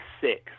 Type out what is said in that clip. six